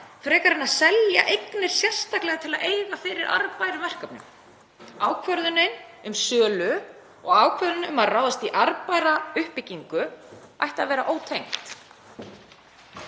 frekar en að selja eignir sérstaklega til að eiga fyrir arðbærum verkefnum. Ákvörðunin um sölu og ákvörðun um að ráðast í arðbæra uppbyggingu ættu að vera ótengdar.